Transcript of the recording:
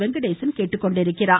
வெங்கடேசன் கேட்டுக்கொண்டுள்ளார்